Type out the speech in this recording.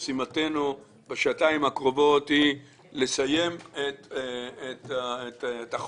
משימתנו בשעתיים הקרובות היא לסיים את החוק